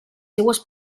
seues